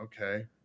okay